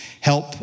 help